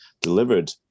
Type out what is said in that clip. delivered